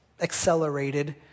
accelerated